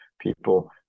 people